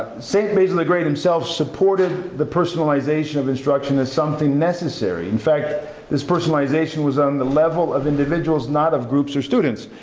st. basil the great himself supported the personalization of instruction as something necessary. in fact this personalization was on the level of individuals, not of groups of students.